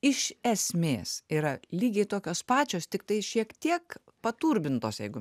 iš esmės yra lygiai tokios pačios tiktai šiek tiek paturbintos jeigu